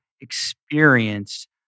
experienced